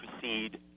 proceed